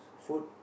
food